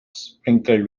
sprinkled